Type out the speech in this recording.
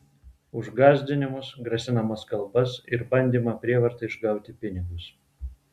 už gąsdinimus grasinamas kalbas ir bandymą prievarta išgauti pinigus